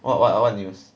what what what news